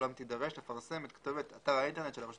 אולם תידרש לפרסם את כתובת אתר האינטרנט של הרשות